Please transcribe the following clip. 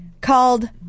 called